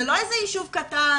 זה לא איזה יישוב קטן,